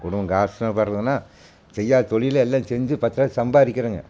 குடும்பம் கஷ்டப்படுறதுன்னா செய்யாத தொழில் எல்லாம் செஞ்சு பத்துரூவா சம்பாதிக்கிறேங்க